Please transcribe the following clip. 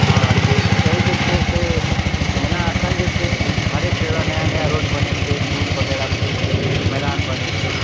हाँ जी कहैके छै जे जेना एखन जे छै हरेक जगह नया नया रोड बनैत छै पूल वगैरह बनैत छै मैदान बनैत छै